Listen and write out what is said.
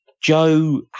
Joe